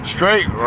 Straight